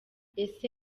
ese